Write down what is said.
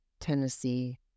Tennessee